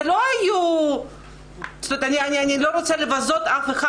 זה לא היו --- אני לא רוצה לבזות אף אחד